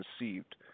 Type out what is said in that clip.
received